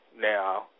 Now